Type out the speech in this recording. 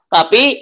Tapi